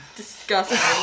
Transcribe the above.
disgusting